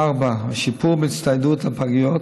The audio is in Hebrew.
4. שיפור בהצטיידות הפגיות,